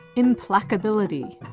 implacability,